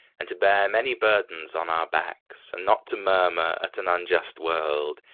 and to bear many burdens on our backs, and not to murmur at an unjust world,